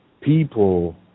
people